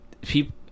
People